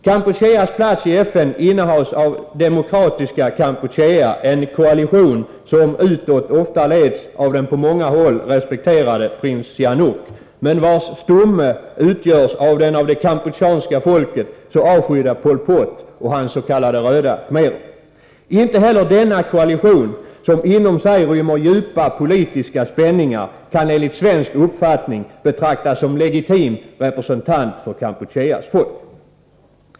Kampucheas plats i FN innehas av Demokratiska Kampuchea, en koalition som utåt ofta leds av den på många håll respekterade prins Sihanouk men vars stomme utgörs av den av det kapumpucheanska folket så avskydde Pol Pot och hans s.k. röda khmerer. Inte heller denna koalition, som inom sig rymmer djupa politiska spänningar, kan enligt svensk uppfattning betraktas som legitim representant för Kampucheas folk.